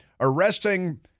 arresting